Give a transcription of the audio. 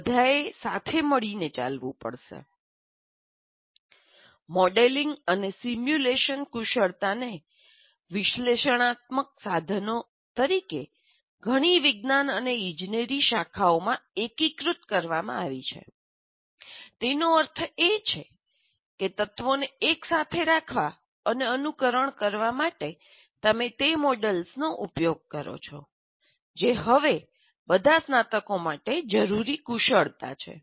તે બધા એ સાથે મળીને ચાલવું પડશે મોlડેલિંગ અને સિમ્યુલેશન કુશળતાને વિશ્લેષણાત્મક સાધનો તરીકે ઘણી વિજ્ઞાન અને ઇજનેરી શાખાઓમાં એકીકૃત કરવામાં આવી છે તેનો અર્થ એ કે તત્વોને એકસાથે રાખવા અને અનુકરણ કરવા માટે તમે તે મોડલ્સનો ઉપયોગ કરો છો જે હવે બધા સ્નાતકો માટે જરૂરી કુશળતા છે